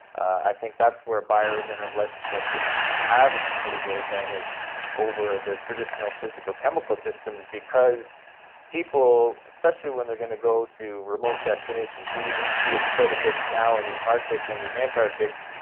i think that's where bioregenerative life-support systems can have a considerable advantage over the traditional physical chemical systems because people, especially when they are going to go to remote destinations, we even see it quite a bit now in the arctic and the antarctic,